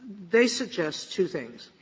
they suggest two things.